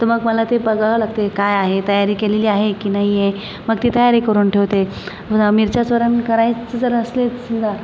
तर मग मला ते बघावं लागते काय आहे तयारी केलेली आहे की नाही आहे मग ती तयारी करून ठेवते मला मिरच्याचं वरण करायचं जर असेल समजा